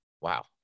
Wow